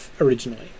originally